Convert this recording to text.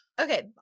Okay